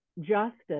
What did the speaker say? justice